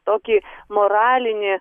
tokį moralinį